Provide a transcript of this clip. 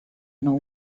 know